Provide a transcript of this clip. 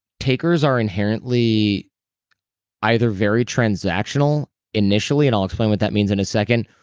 takers are inherently either very transactional initially, and i'll explain what that means in a second,